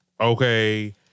okay